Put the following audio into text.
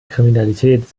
kriminalität